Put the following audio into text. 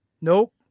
Nope